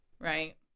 Right